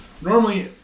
Normally